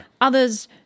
Others